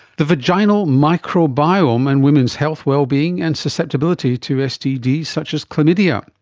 the vaginal microbiome and women's health, well-being and susceptibility to stds such as chlamydia.